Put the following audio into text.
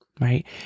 right